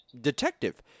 detective